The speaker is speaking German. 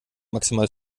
maximal